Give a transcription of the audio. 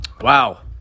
wow